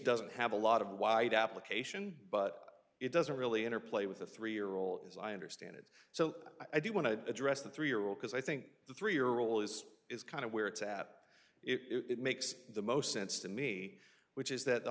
doesn't have a lot of wide application but it doesn't really interplay with the three year old as i understand it so i do want to address the three year old because i think the three year olds is kind of where it's at it makes the most sense to me which is that the